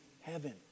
heaven